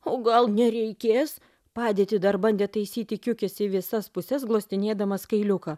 o gal nereikės padėtį dar bandė taisyti kiukis į visas puses glostinėdamas kailiuką